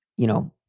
you know,